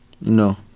No